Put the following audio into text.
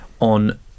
on